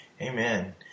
Amen